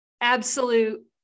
absolute